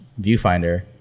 Viewfinder